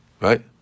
right